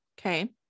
Okay